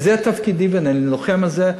וזה תפקידי ואני לוחם על זה.